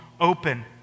open